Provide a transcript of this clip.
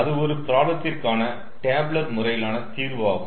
அது ஒரு ப்ராப்ளத்திற்கான டேபுலர் முறையிலான தீர்வாகும்